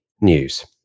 News